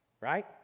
right